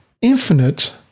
Infinite